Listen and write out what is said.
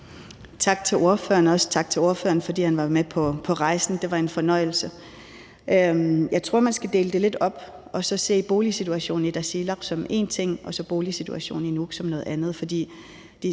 tak til ordføreren, fordi han var med på rejsen – det var en fornøjelse. Jeg tror, at man skal dele det lidt op og se boligsituationen i Tasiilaq som énting og boligsituationen i Nuuk som noget andet,